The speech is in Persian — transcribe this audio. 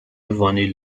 وانیل